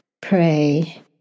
Pray